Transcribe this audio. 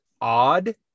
odd